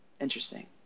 Interesting